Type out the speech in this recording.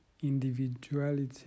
individuality